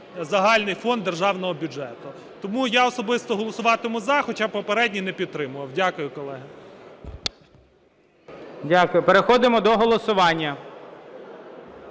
загальний фонд державного бюджету. Тому я особисто голосуватиму "за", хоча попередній не підтримував. Дякую, колеги. ГОЛОВУЮЧИЙ. Дякую. Переходимо до голосування.